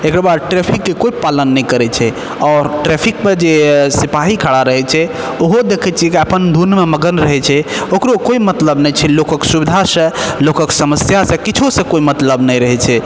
एकरबाद ट्रैफिकके कोइ पालन नहि करै छै आओर ट्रैफिक पर जे सिपाही खड़ा रहै छै ओहो देखै छियै कि अपन धुनमे मगन रहै छै ओकरो कोइ मतलब नहि छै लोकक सुविधा से लोकक समस्या से किछौ से कोइ मतलब नहि रहै छै